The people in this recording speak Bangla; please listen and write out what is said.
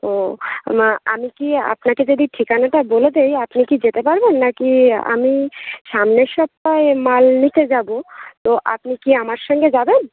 ও না আমি কি আপনাকে যদি ঠিকানাটা বলে দেই আপনি কি যেতে পারবেন না কি আমি সামনের সপ্তাহে মাল নিতে যাবো তো আপনি কি আমার সঙ্গে যাবেন